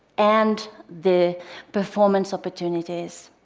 and the performance opportunities.